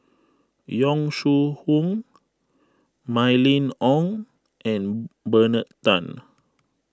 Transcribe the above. Yong Shu Hoong Mylene Ong and Bernard Tan